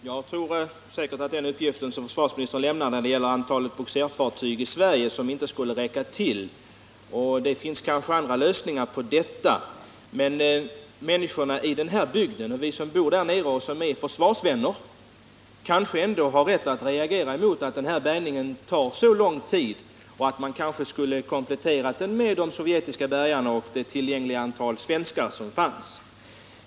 Herr talman! Den uppgift som försvarsministern nu lämnat att antalet bogserfartyg i Sverige inte räckte till är säkert korrekt, men det finns kanske andra lösningar på det problemet. Visom bor i den berörda bygden och som är försvarsvänner har kanske ändå rätt att reagera mot att bärgningen tar så lång tid. Vi frågar oss om man inte borde ha kompletterat de sovjetiska bärgningsbåtarna med de svenska fartyg som fanns tillgängliga.